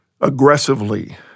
aggressively